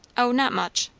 o, not much.